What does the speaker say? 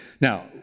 Now